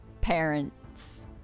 parents